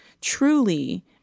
truly